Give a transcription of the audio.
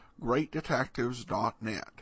GreatDetectives.net